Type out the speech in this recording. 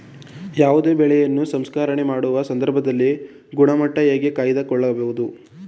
ಯಾವುದೇ ಬೆಳೆಯನ್ನು ಸಂಸ್ಕರಣೆ ಮಾಡುವ ಸಂದರ್ಭದಲ್ಲಿ ಗುಣಮಟ್ಟ ಹೇಗೆ ಕಾಯ್ದು ಕೊಳ್ಳಬಹುದು?